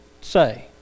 say